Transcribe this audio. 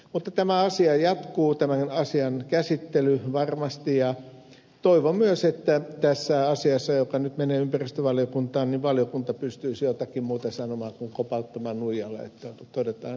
mutta tämän asian käsittely jatkuu varmasti ja toivon myös että tässä asiassa joka nyt menee ympäristövaliokuntaan valiokunta pystyisi jotakin muuta sanomaan kuin kopauttamaan nuijalla että todetaan saapuneeksi